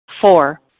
Four